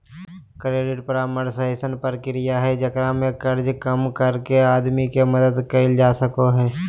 credit परामर्श अइसन प्रक्रिया हइ जेकरा में कर्जा कम करके आदमी के मदद करल जा हइ